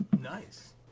Nice